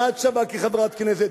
מה את שווה כחברת כנסת?